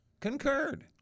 concurred